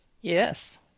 Yes